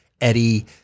eddie